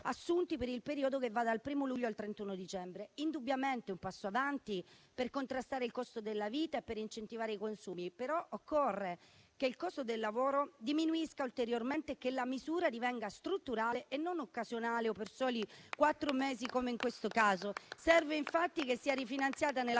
assunti per il periodo che va dal 1o luglio al 31 dicembre. Indubbiamente è un passo in avanti, per contrastare il costo della vita e per incentivare i consumi. Occorre però che il costo del lavoro diminuisca ulteriormente, che la misura divenga strutturale e non occasionale o per soli quattro mesi, come in questo caso. Serve infatti che sia rifinanziata nella